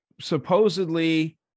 supposedly